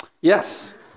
yes